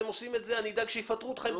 אתם עושים את זה אני אדאג שיפטרו אתכם אם